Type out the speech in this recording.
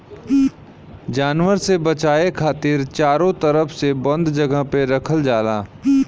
जानवर से बचाये खातिर चारो तरफ से बंद जगह पे रखल जाला